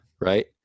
right